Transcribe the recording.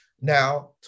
Now